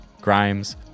Grimes